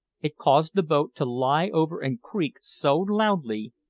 it caused the boat to lie over and creak so loudly,